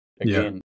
Again